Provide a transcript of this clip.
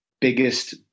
biggest